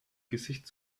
gesicht